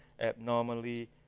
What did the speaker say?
abnormally